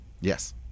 Yes